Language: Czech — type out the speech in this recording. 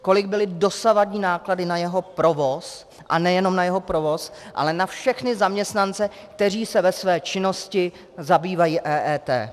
Kolik byly dosavadní náklady na jeho provoz, a nejenom na jeho provoz, ale na všechny zaměstnance, kteří se ve své činnosti zabývají EET?